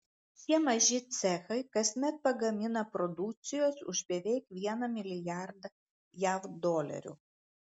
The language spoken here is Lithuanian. šie maži cechai kasmet pagamina produkcijos už beveik vieną milijardą jav dolerių